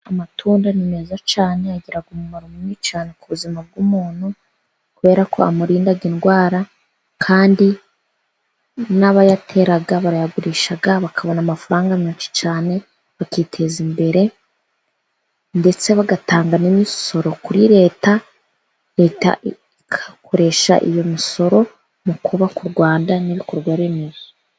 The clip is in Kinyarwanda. Amatunda ni meza cyane, agira umumaro munini cyane ku buzima bw'umuntu, kubera ko amurinda indwara, kandi n'abayatera barayagurisha bakabona amafaranga menshi cyane, bakiteza imbere, ndetse bagatanga n'imisoro kuri leta, leta igakoresha iyo misoro mu kubaka u Rwanda n'ibikorwaremezo.